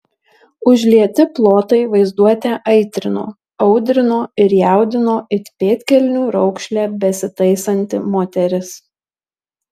užlieti plotai vaizduotę aitrino audrino ir jaudino it pėdkelnių raukšlę besitaisanti moteris